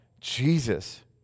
Jesus